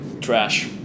trash